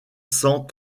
cent